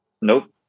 Nope